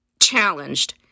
challenged